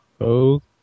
Okay